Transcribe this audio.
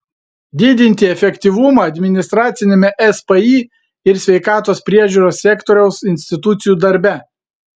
didinti efektyvumą administraciniame spį ir sveikatos priežiūros sektoriaus institucijų darbe